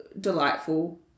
delightful